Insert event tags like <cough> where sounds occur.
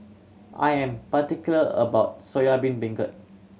I am particular about soya <unintelligible> beancurd